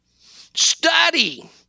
study